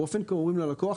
אומרים ללקוח,